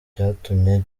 byatumye